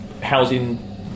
housing